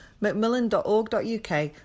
macmillan.org.uk